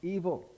evil